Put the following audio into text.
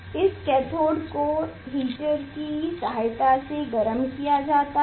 इस कैथोड को हीटर की सहायता से गर्म किया जाता है